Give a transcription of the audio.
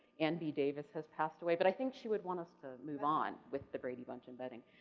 andy davis has passed away, but i think she would want us to move on with the brady bunch embedding.